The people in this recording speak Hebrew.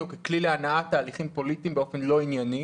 או ככלי להנעת תהליכים פוליטיים באופן לא ענייני,